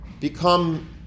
become